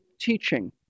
teaching